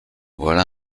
voilà